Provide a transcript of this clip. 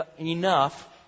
enough